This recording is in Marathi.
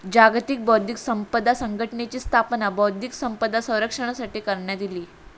जागतिक बौध्दिक संपदा संघटनेची स्थापना बौध्दिक संपदा संरक्षणासाठी करण्यात इली